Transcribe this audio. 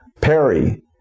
Perry